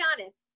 honest